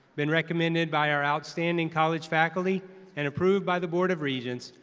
been rcommending by our outstanding college faculty and approved by the board of regents,